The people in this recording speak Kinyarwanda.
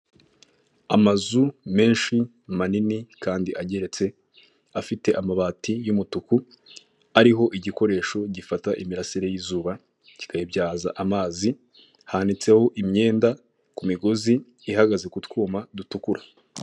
Amazu menshi manini kandi ageretse afite amabati y'umutuku, ariho igikoresho gifata imirasire y'izuba, kikayibyaza amazi, hanitseho imyenda ku migozi ihagaze kutwuma dutukura.